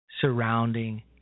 surrounding